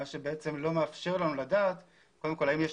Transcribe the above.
מה שלא מאפשר לנו לדעת קודם כל האם יש